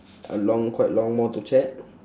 a long quite long more to chat